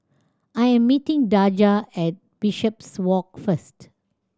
I am meeting Daja at Bishopswalk first